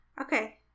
Okay